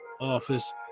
Office